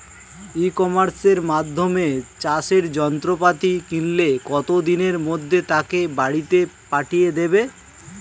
ই কমার্সের মাধ্যমে চাষের যন্ত্রপাতি কিনলে কত দিনের মধ্যে তাকে বাড়ীতে পাঠিয়ে দেবে?